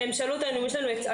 הם שאלו אותנו האם יש לנו הצעות.